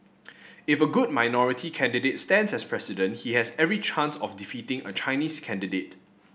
if a good minority candidate stands as President he has every chance of defeating a Chinese candidate